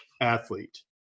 athlete